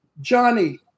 Johnny